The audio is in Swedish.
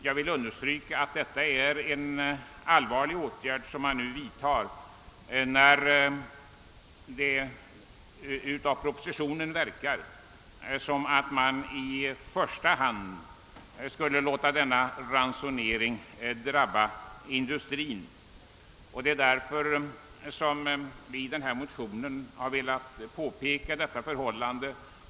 Jag vill understryka att det är allvarligt om man nu, som det verkar av propositionen, i första hand låter ransoneringen drabba industrin. I motionen har vi velat påpeka detta förhållande.